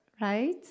right